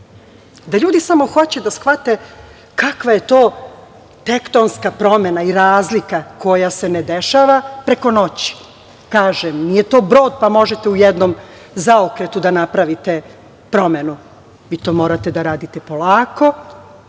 ljudi samo hoće da shvate kakva je to tektonska promena i razlika koja se ne dešava preko noći, kažem, nije to brod pa možete u jednom zaokretu da napravite promenu, vi to morate da radite polako,